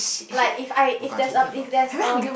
like if I if that's a if that's a